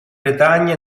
bretagna